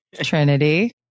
Trinity